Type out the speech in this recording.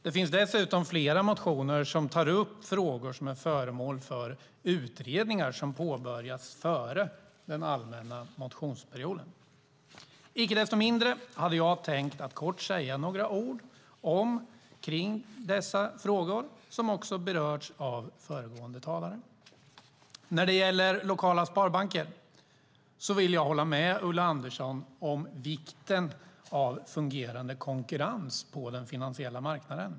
Det finns dessutom flera motioner som tar upp frågor som är föremål för utredningar som påbörjats före den allmänna motionsperioden. Icke desto mindre hade jag tänkt att kort säga några ord om några av dessa frågor som också berörts av föregående talare. När det gäller lokala sparbanker vill jag hålla med Ulla Andersson om vikten av fungerande konkurrens på den finansiella marknaden.